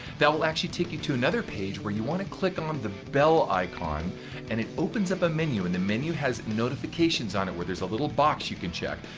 that will actually take you to another page where you want to click on the bell icon and it opens up a menu and the menu has notifications on it where there's a little box you can check,